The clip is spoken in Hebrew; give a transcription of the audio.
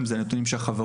היום יום שלישי,